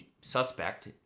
suspect